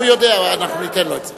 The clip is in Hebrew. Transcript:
הוא יודע, אנחנו ניתן לו את זה.